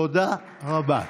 תודה רבה.